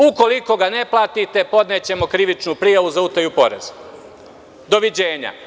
Ukoliko ga ne platite, podnećemo krivičnu prijavu za utaju poreza, doviđenja.